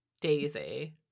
Daisy